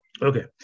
Okay